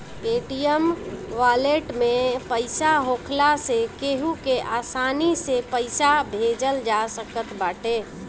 Paytm wallet में पईसा होखला से केहू के आसानी से पईसा भेजल जा सकत बाटे